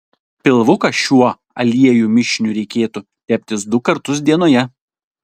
pilvuką šiuo aliejų mišiniu reikėtų teptis du kartus dienoje